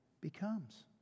becomes